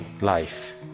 life